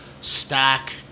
Stack